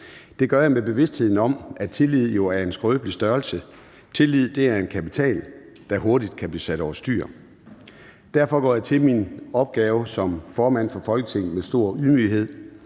Det gør jeg med bevidstheden om, at tillid jo er en skrøbelig størrelse. Tillid er en kapital, der hurtigt kan blive sat over styr. Derfor går jeg til min nye opgave med ydmyghed.